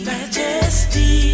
Majesty